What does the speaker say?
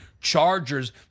Chargers